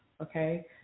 okay